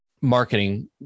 marketing